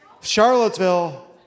Charlottesville